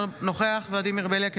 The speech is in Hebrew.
אינו נוכח ולדימיר בליאק,